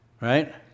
Right